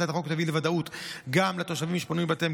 הצעת החוק תביא לוודאות גם לתושבים שפונו מבתיהם,